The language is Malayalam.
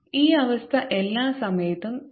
ഈ അവസ്ഥ എല്ലാ സമയത്തും തൃപ്തികരമാണ്